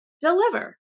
deliver